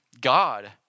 God